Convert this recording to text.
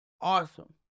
awesome